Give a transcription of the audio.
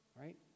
Right